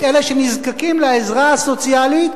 את אלה שנזקקים לעזרה הסוציאלית,